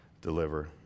deliver